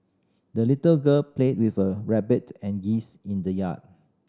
the little girl played with her rabbit and geese in the yard